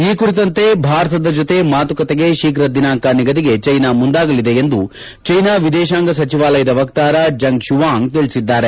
ಈ ಕುರಿತಂತೆ ಭಾರತದ ಜೊತೆ ಮಾತುಕತೆಗೆ ಶೀಘ್ರ ದಿನಾಂಕ ನಿಗದಿಗೆ ಚೈನಾ ಮುಂದಾಗಲಿದೆ ಎಂದು ಚೈನಾ ವಿದೇಶಾಂಗ ಸಚಿವಾಲಯ ವಕ್ತಾರ ಜಂಗ್ ಶೂವಾಂಗ್ ತಿಳಿಸಿದ್ದಾರೆ